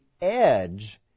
edge